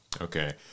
Okay